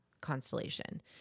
constellation